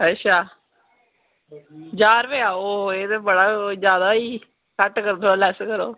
अच्छा ज्हार रपेआ ओह् बड़ा जादा होई घट्ट करी ओड़ो थोह्ड़ा लैस्स करो